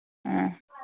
ꯑꯥ